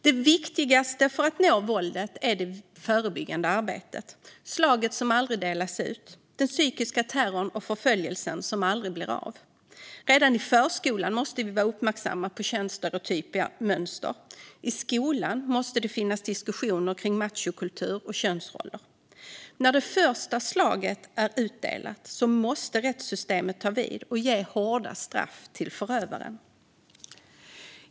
Det viktigaste för att nå våldet är det förebyggande arbetet: slaget som aldrig delas ut, den psykiska terrorn som aldrig sker och förföljelsen som aldrig blir av. Redan i förskolan måste vi vara uppmärksamma på könsstereotypa mönster, och i skolan måste det finnas diskussioner om machokultur och könsroller. När det första slaget är utdelat måste rättssystemet ta vid och ge hårda straff till förövaren.